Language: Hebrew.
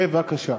בבקשה.